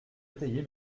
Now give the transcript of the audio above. étayer